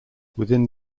within